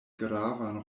gravan